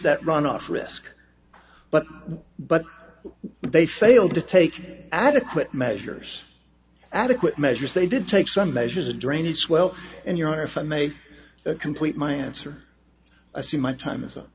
that runoff risk but but they failed to take adequate measures adequate measures they did take some measures a drainage well and you know if i may complete my answer i see my time is up